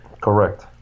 Correct